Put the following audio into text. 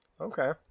okay